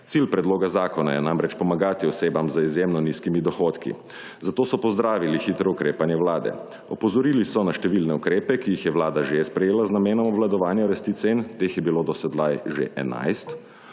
Cilj predloga zakona je namreč pomagati osebam z izjemno nizkimi dohodki, zato so pozdravili hitro ukrepanje Vlade. Opozoril so na številne ukrepe, ki jih je Vlada že sprejela z namenom obvladovanja rasti cen, teh je bilo do sedaj že 11.